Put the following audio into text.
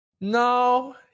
no